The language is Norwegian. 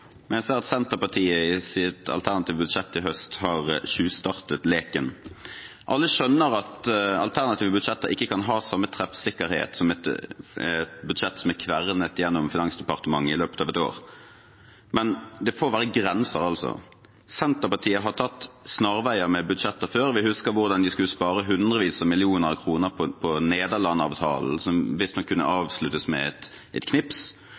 men det får være grenser. Senterpartiet har tatt snarveier med budsjettet før. Vi husker hvordan de skulle spare hundrevis av millioner kroner på Nederland-avtalen, som visstnok kunne avsluttes med et knips.